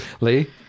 Lee